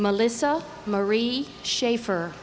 melissa marie schaefer